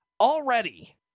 Already